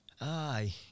aye